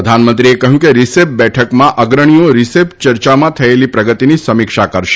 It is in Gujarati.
પ્રધાનમંત્રીએ કહ્યું કે રિસેપ બેઠકમાં અગ્રણીઓ રિસેપ ચર્ચામાં થયેલી પ્રગતિની સમીક્ષા કરશે